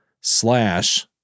slash